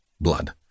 Blood